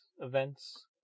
events